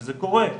וזה קורה,